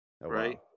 Right